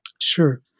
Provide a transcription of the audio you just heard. Sure